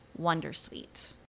Wondersuite